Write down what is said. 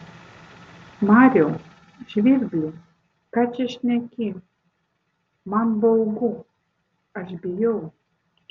mariau žvirbli ką čia šneki man baugu aš bijau